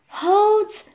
holds